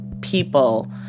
people